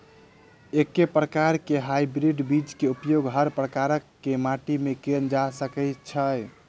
एके प्रकार केँ हाइब्रिड बीज केँ उपयोग हर प्रकार केँ माटि मे कैल जा सकय छै?